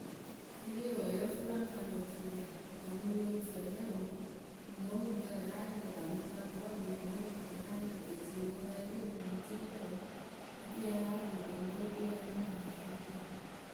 Tele wǝ́ yɨ ǝ fɨ laŋ karɨ otuyǝ pɨ ka mɨ yo rɨ fɛɛrɛ oo no oŋʊŋkǝ wǝ́ yáa yɩrɩ, pɨ ka mɨ ca bɔlɩ o, no oŋʊŋkǝ wǝ́ yáa yɩrɩ, pɨ ke tii pɨ ŋ wɛɛlɩ pɨ ŋ tii lǝ oo oturu ya yáa yɩrɩ rǝ oŋuŋkǝ we oturu yɨ a yo nuŋ awɛɛlɩ kǝ we.,